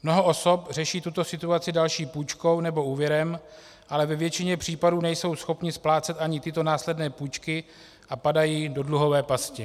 Mnoho osob řeší tuto situaci další půjčkou nebo úvěrem, ale ve většině případů nejsou schopny splácet ani tyto následné půjčky a padají do dluhové pasti.